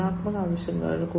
ചലനാത്മക ആവശ്യകതകൾ